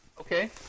Okay